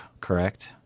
correct